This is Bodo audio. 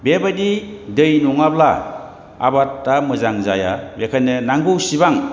बेबायदि दै नङाब्ला आबादा मोजां जाया बेनिखायनो नांगौसेबां